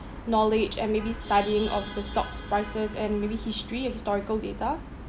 knowledge and maybe studying of the stocks prices and maybe history or historical data